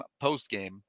postgame